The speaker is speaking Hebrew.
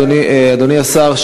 אדוני השר,